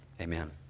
Amen